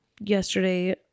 yesterday